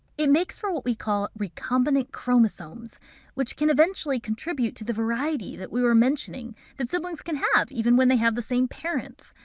it makes for what we call recombinant chromosomes which can eventually contribute to the variety that we were mentioning that siblings can have even when they have the same parents.